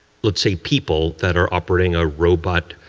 let's say, people that are operating a robot